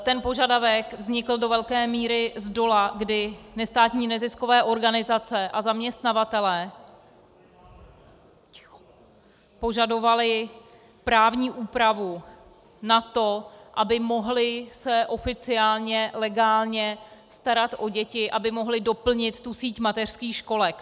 Ten požadavek vznikl do velké míry zdola, kdy nestátní neziskové organizace a zaměstnavatelé požadovali právní úpravu na to, aby se mohli oficiálně legálně starat o děti, aby mohli doplnit síť mateřských školek.